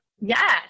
Yes